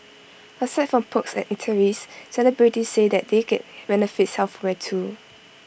aside from perks at eateries celebrities say that they get benefits elsewhere too